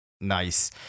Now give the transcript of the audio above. Nice